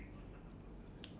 ya